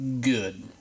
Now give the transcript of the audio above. good